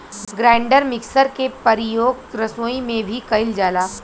grinder mixer के परियोग रसोई में भी कइल जाला